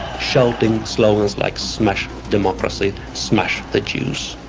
shouting slogans like smash democracy! smash the jews!